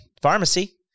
pharmacy